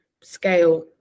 scale